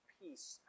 peace